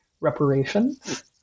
reparations